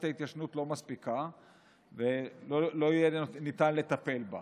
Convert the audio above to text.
ההתיישנות לא מספיקה ולא ניתן יהיה לטפל בה.